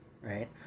right